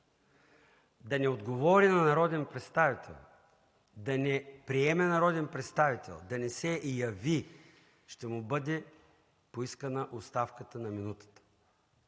да не отговори на народен представител, да не приеме народен представител, да не се яви, ще му бъде поискана оставката на минутата.